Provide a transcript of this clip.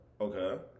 Okay